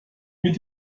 mit